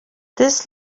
this